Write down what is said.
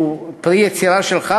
שהוא פרי יצירה שלך.